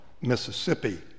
Mississippi